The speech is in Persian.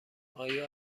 آیا